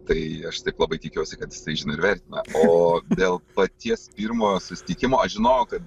tai aš taip labai tikiuosi kad jisai žino ir vertina o dėl paties pirmojo susitikimo aš žinojau kad